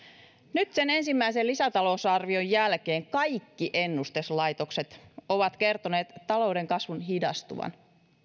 nyt sen ensimmäisen lisätalousarvion jälkeen kaikki ennustuslaitokset ovat kertoneet talouden kasvun hidastuvan